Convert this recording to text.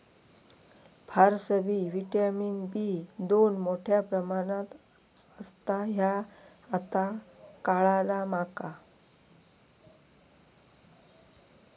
फारसबी vitamin B दोन मोठ्या प्रमाणात असता ह्या आता काळाला माका